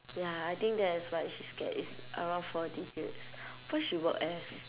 ya I think that is why she's scared it's around four digits where she work as